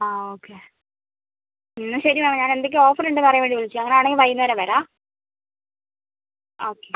ആ ഓക്കെ എന്നാൽ ശരി മാം ഞാൻ എന്തൊക്കെയാണ് ഓഫർ ഉണ്ടെന്ന് അറിയാൻ വേണ്ടി വിളിച്ചതാണ് അങ്ങനെ ആണെങ്കിൽ വൈകുന്നേരം വരാം ആ ഓക്കെ